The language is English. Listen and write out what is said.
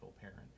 parent